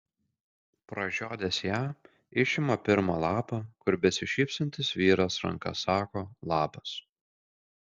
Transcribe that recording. pražiodęs ją išima pirmą lapą kur besišypsantis vyras ranka sako labas